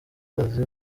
kazi